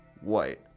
White